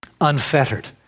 Unfettered